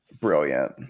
Brilliant